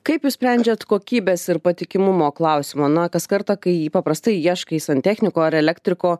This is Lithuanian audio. kaip jūs sprendžiat kokybės ir patikimumo klausimą na kas kartą kai paprastai ieškai santechniko ar elektriko